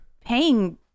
paying